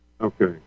Okay